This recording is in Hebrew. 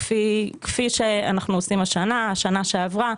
כפי שאנחנו עושים השנה ובשנה שעברה,